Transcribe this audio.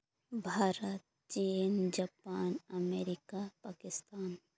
ᱵᱷᱟᱨᱚᱛ ᱪᱤᱱ Japan America Pakistan